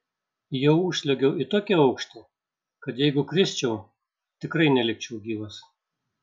jau užsliuogiau į tokį aukštį kad jeigu krisčiau tikrai nelikčiau gyvas